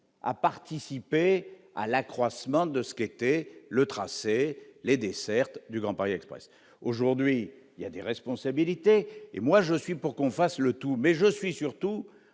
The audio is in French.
a participé à l'accroissement de ce qui était le tracé les dessertes du Grand Paris Express : aujourd'hui, il y a des responsabilités et moi je suis pour qu'on fasse le tour, mais je suis surtout